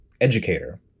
educator